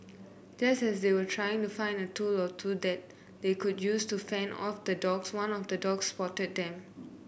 just as they were trying to find a tool or two that they could use to fend off the dogs one of the dogs spotted them